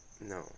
No